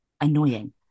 Annoying